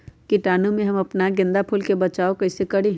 कीटाणु से हम अपना गेंदा फूल के बचाओ कई से करी?